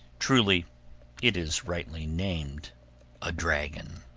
truly it is rightly named a dragon.